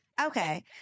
Okay